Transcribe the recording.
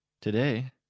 Today